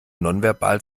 nonverbal